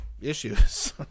issues